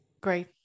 great